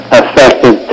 affected